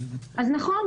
סליחה,